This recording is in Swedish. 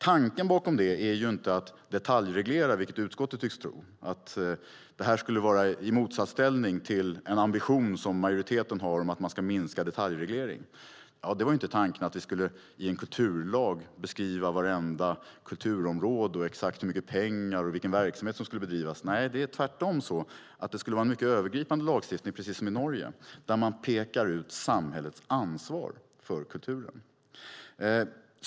Tanken bakom det är inte att detaljreglera, vilket utskottet tycks tro - att det här skulle vara i motsatsställning till en ambition som majoriteten har att minska detaljregleringen. Det var inte tanken att vi i en kulturlag skulle beskriva vartenda kulturområde, exakt hur mycket pengar och vilken verksamhet som ska bedrivas. Nej, tvärtom skulle det vara en mycket övergripande lagstiftning, precis som i Norge, där man pekar ut samhällets ansvar för kulturen.